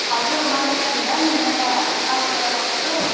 हजुर म त यहाँ छुइनँ नि म त सालुगढा गएको छु